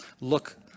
look